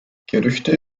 gerüchte